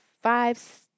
five